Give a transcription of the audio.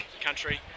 country